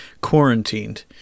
quarantined